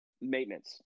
maintenance